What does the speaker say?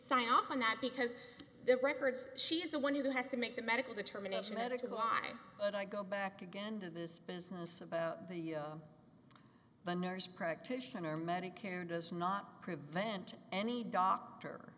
sign off on that because their records she is the one who has to make the medical determination that is why would i go back again to this business about the the nurse practitioner medicare does not prevent any doctor